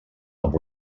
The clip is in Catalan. amb